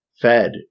fed